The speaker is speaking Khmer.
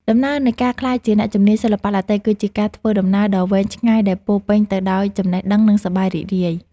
ដំណើរនៃការក្លាយជាអ្នកជំនាញសិល្បៈឡាតេ គឺជាការធ្វើដំណើរដ៏វែងឆ្ងាយដែលពោរពេញទៅដោយចំណេះដឹង និងសប្បាយរីករាយ។